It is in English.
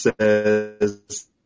says